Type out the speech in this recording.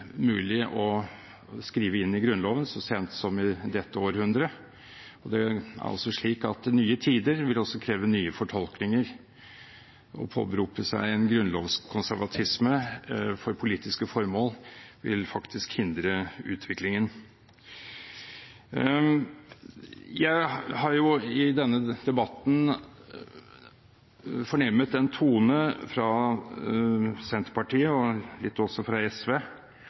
mulig å skrive inn i Grunnloven så sent som i dette århundret. Det er altså slik at nye tider vil kreve nye fortolkninger. Å påberope seg en grunnlovskonservatisme for politiske formål vil faktisk hindre utviklingen. Jeg har i denne debatten fornemmet en tone fra Senterpartiet – og litt også fra SV,